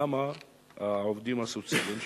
למה העובדים הסוציאליים,